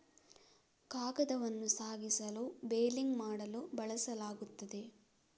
ಕಾಗದವನ್ನು ಸಾಗಿಸಲು ಬೇಲಿಂಗ್ ಮಾಡಲು ಬಳಸಲಾಗುತ್ತದೆ